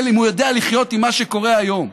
אם הוא יודע לחיות עם מה שקורה היום.